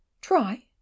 Try